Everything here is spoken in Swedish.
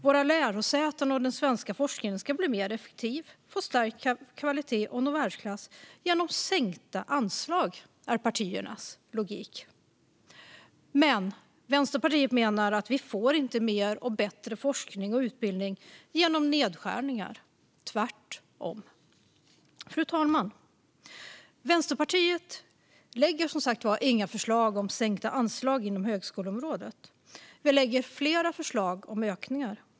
Våra lärosäten och den svenska forskningen ska bli mer effektiv, få stärkt kvalitet och nå världsklass genom sänkta anslag, är partiernas logik. Men Vänsterpartiet menar att vi inte får mer och bättre forskning och utbildning genom nedskärningar - tvärtom. Fru talman! Vänsterpartiet lägger som sagt var inte fram några förslag om sänkta anslag inom högskoleområdet. Vi lägger fram flera förslag om ökningar.